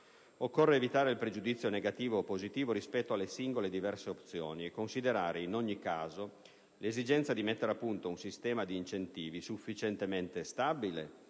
Occorre evitare il pregiudizio negativo o positivo rispetto alle singole e diverse opzioni e considerare in ogni caso l'esigenza di mettere a punto un sistema di incentivi sufficientemente stabile,